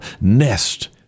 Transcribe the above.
nest